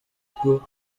ikigo